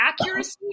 accuracy